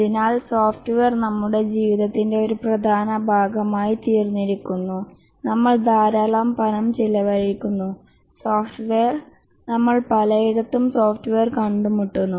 അതിനാൽ സോഫ്റ്റ്വെയർ നമ്മുടെ ജീവിതത്തിന്റെ ഒരു പ്രധാന ഭാഗമായിത്തീർന്നിരിക്കുന്നു നമ്മൾ ധാരാളം പണം ചെലവഴിക്കുന്നു സോഫ്റ്റ്വെയർ നമ്മൾ പലയിടത്തും സോഫ്റ്റ്വെയർ കണ്ടുമുട്ടുന്നു